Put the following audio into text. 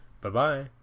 Bye-bye